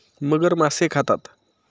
मगर मासे खाते